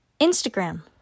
Instagram